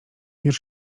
już